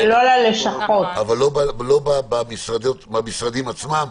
אבל לא במשרדים עצמם,